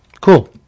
Cool